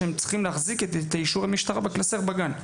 שהם צריכים להחזיק את אישורי המשטרה בקלסר בגן.